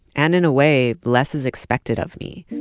and in a way, less is expected of me